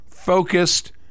Focused